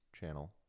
channel